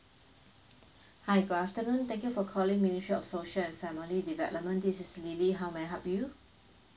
hi good afternoon thank you for calling ministry of social and family development this is lily how may I help you